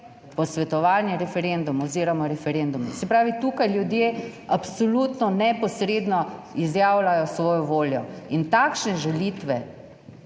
posvetovalni referendum oziroma referendum. Se pravi, tukaj ljudje absolutno neposredno izjavljajo svojo voljo in takšne žalitve,